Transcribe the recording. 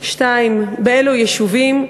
2. באילו יישובים?